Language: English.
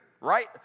Right